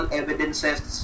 evidences